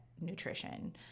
nutrition